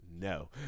No